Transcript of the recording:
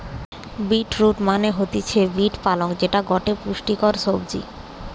bit root মানে হতিছে beet পালং যেটা গটে পুষ্টিকর সবজি